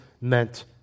meant